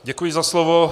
Děkuji za slovo.